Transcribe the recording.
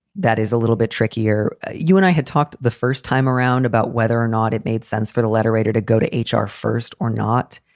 that is a little bit trickier. you and i had talked the first time around about whether or not it made sense for the letter writer to go to h r. first or not.